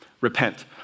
repent